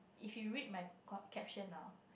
if you read my co~ caption ah